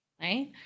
right